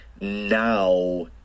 now